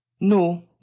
No